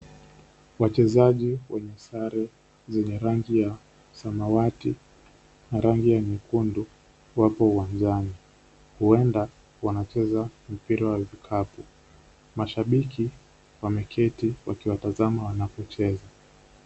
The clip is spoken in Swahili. Wachezaji wenye sare zenye rangi ya samawati na rangi ya nyekundu wapo uwanjani. Huenda wanacheza mpira wa vikapu. Mashabiki wameketi wakiwatazama wakicheza.